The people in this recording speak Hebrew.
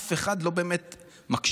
אף אחד לא באמת מקשיב.